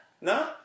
no